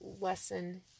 lesson